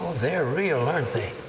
they're real, aren't they?